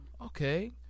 Okay